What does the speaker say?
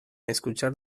escuchar